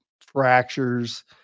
fractures